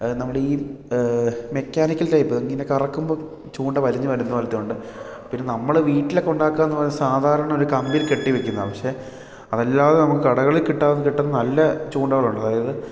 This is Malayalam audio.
നമ്മുടെ ഈ മെക്കാനിക്കൽ ടൈപ്പ് നമുക്ക് ഇങ്ങനെ കറക്കുമ്പോൾ ചൂണ്ട വലിഞ്ഞ് വരുന്ന പോലത്തണ്ട് പിന്നെ നമ്മൾ വീട്ടിലെ കൊണ്ടാക്കാന്ന് പറഞ്ഞ സാധാരണ ഒരു കമ്പി കെട്ടി വെക്കുന്നതാണ് പക്ഷേ അതല്ലാതെ നമുക്ക് കടകളിൽ കിട്ടതെ കിട്ടുന്ന നല്ല ചൂണ്ടകളുണ്ട് അതായത്